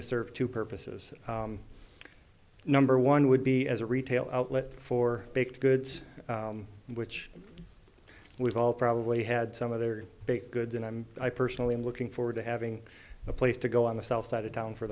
to serve two purposes number one would be as a retail outlet for baked goods which we've all probably had some other baked goods and i'm i personally i'm looking forward to having a place to go on the south side of town for